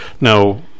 now